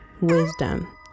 wisdom